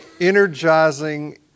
energizing